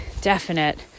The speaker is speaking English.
definite